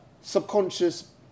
subconscious